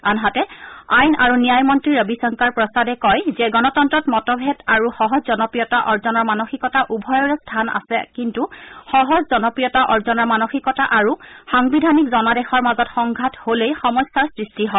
আনহাতে আইন আৰু ন্যায় মন্ত্ৰী ৰবিশংকৰ প্ৰসাদে কয় যে গণতন্ত্ৰত মতভেদ আৰু সহজ জনপ্ৰিয়তা অৰ্জনৰ মানসিকতা উভয়ৰে স্থান আছে কিন্তু সহজ জনপ্ৰিয়তা অৰ্জনৰ মানসিকতা আৰু সাংবিধানিক জনাদেশৰ মাজত সংঘাত হ'লেই সমস্যাৰ সৃষ্টি হয়